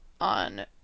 on